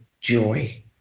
joy